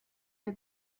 der